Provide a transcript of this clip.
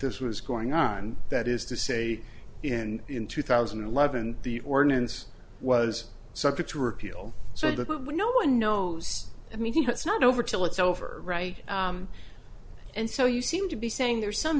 this was going on that is to say in in two thousand and eleven the ordinance was subject to repeal so that no one knows i mean it's not over till it's over right and so you seem to be saying there's some